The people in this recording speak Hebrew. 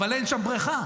אבל אין שם בריכה.